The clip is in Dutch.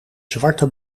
zwarte